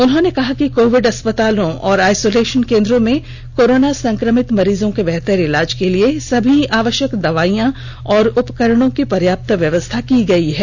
उन्होंने कहा कि कोविड अस्पतालों और आइसोलेशन केंद्रों में कोरोना संक्रमित मरीजों के बेहतर इलाज के लिए सभी आवश्यक दवाईयां और उपकरणों की पर्याप्त व्यवस्था की गई है